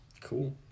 Cool